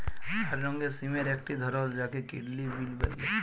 লাল রঙের সিমের একটি ধরল যাকে কিডলি বিল বল্যে